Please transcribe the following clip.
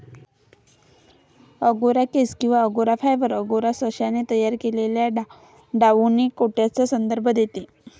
angora केस किंवा angora fibre, angora सशाने तयार केलेल्या डाउनी कोटचा संदर्भ देते